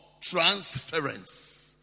transference